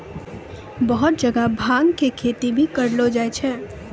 बहुत जगह भांग के खेती भी करलो जाय छै